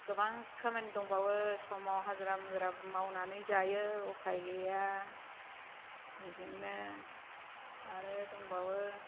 गोबां खामानि दंबावो समाव हाजिरा मुजिराबो मावनानै जायो उफाय गैया बेजोंनो आरो दंबावो